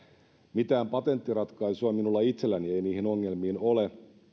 mitään patenttiratkaisua minulla itselläni ei niihin ongelmiin ole